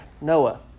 Noah